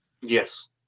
Yes